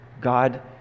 God